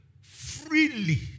freely